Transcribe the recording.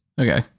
Okay